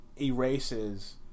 erases